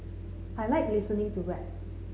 I like listening to rap